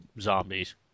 zombies